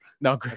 No